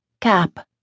Cap